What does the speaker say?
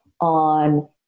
on